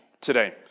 today